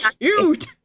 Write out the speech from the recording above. cute